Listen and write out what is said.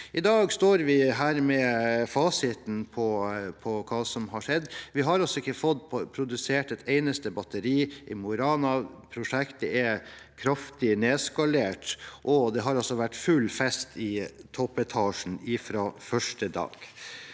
I dag står vi med fasiten på hva som har skjedd. Vi har ikke fått produsert et eneste batteri i Mo i Rana. Prosjektet er kraftig nedskalert, og det har vært full fest i toppetasjen fra første dag.